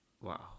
Wow